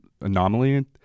anomaly